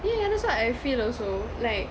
yeah that's what I feel also like